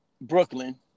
Brooklyn